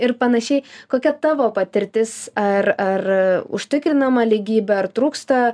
ir panašiai kokia tavo patirtis ar ar užtikrinama lygybė ar trūksta